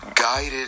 guided